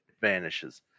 vanishes